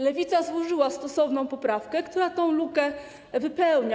Lewica złożyła stosowną poprawkę, która tę lukę wypełnia.